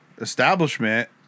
establishment